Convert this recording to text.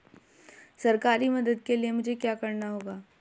सरकारी मदद के लिए मुझे क्या करना होगा?